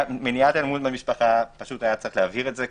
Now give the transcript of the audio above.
מניעת אלימות במשפחה היה צריך להבהיר את זה,